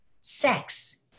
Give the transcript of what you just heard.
sex